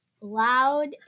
loud